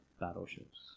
battleships